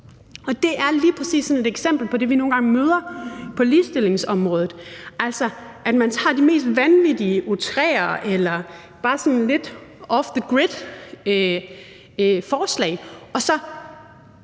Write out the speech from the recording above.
præcis et eksempel på det, vi nogle gange møder på ligestillingsområdet. Altså, at man tager de mest vanvittige, outrerede eller bare sådan lidt off the grid-forslag, og så